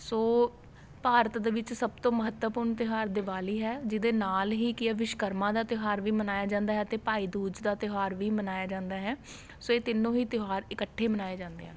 ਸੋ ਭਾਰਤ ਦੇ ਵਿੱਚ ਸਭ ਤੋਂ ਮਹੱਤਵਪੂਰਨ ਤਿਉਹਾਰ ਦਿਵਾਲੀ ਹੈ ਜਿਹਦੇ ਨਾਲ ਹੀ ਕੀ ਹੈ ਵਿਸ਼ਕਰਮਾ ਦਾ ਤਿਉਹਾਰ ਵੀ ਮਨਾਇਆ ਜਾਂਦਾ ਹੈ ਅਤੇ ਭਾਈਦੂਜ ਦਾ ਤਿਉਹਾਰ ਵੀ ਮਨਾਇਆ ਜਾਂਦਾ ਹੈ ਸੋ ਇਹ ਤਿੰਨੋ ਹੀ ਤਿਉਹਾਰ ਇਕੱਠੇ ਮਨਾਏ ਜਾਂਦੇ ਹਨ